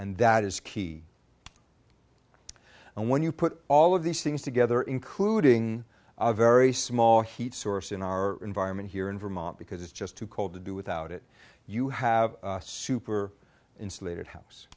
and that is key and when you put all of these things together including a very small heat source in our environment here in vermont because it's just too cold to do without it you have super insulated house